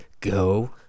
Go